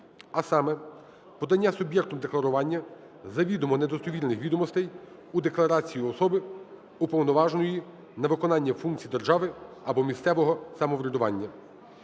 А саме: подання суб'єктом декларування завідомо недостовірних відомостей у декларації особи, уповноваженої на виконання функцій держави або місцевого самоврядування.